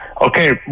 Okay